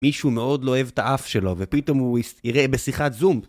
מישהו מאוד לא אוהב את האף שלו, ופתאום הוא יראה בשיחת זום